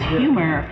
humor